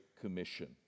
Commission